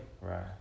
Right